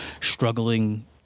struggling